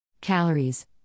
Calories